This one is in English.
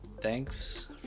thanks